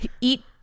Eat